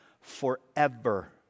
forever